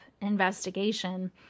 investigation